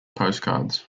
postcards